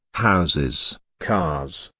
houses, cars,